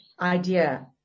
idea